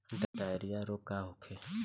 Diarrhoea रोग का होखे?